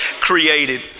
created